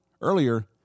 Earlier